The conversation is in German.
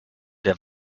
der